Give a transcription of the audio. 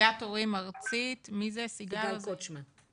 הנהגת הורים ארצית, סיגל קוצ'מן.